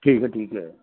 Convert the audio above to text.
ਠੀਕ ਹੈ ਠੀਕ ਹੈ